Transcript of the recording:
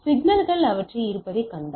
சிக்னல்கள் அவற்றில் இருப்பதைக் கண்டால்